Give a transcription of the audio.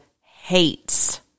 hates